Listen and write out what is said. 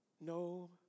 No